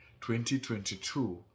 2022